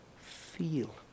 feel